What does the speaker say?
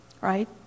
right